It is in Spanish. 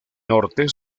norte